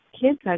kids